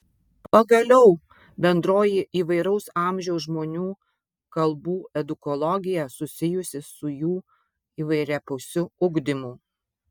pagaliau bendroji įvairaus amžiaus žmonių kalbų edukologija susijusi su jų įvairiapusiu ugdymu